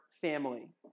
family